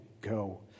go